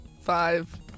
Five